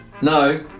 No